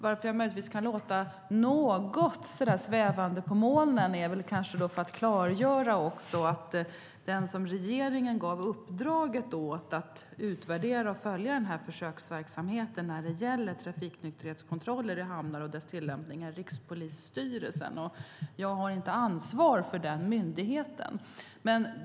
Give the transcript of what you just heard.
Varför jag möjligtvis svävar lite på målet är för att regeringen gav uppdraget att utvärdera och följa försöksverksamheten med tillämpning av trafiknykterhetskontroller i hamnar till Rikspolisstyrelsen, och jag har inte ansvar för den myndigheten.